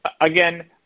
again